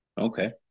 Okay